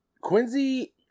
Quincy